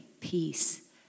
peace